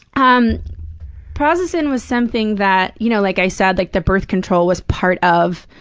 um prazosin was something that you know like i said, like, the birth control was part of,